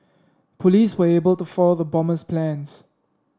police were able to foil the bomber's plans